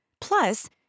Plus